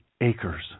acres